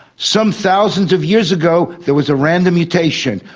some thousands of years ago there was a random mutation.